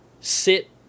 sit